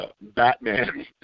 Batman